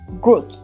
growth